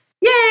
Yay